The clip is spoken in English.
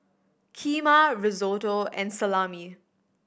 Kheema Risotto and Salami